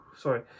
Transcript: sorry